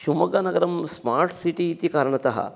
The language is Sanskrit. शिव्मोग्गानगरं स्मार्ट् सिटी इति कारणतः